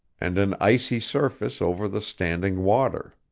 and an icy surface over the standing water.